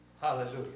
Hallelujah